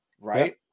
right